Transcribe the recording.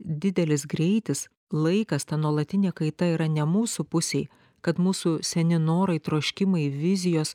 didelis greitis laikas ta nuolatinė kaita yra ne mūsų pusėj kad mūsų seni norai troškimai vizijos